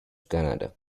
canada